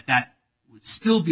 that would still be